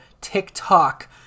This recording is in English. TikTok